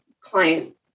client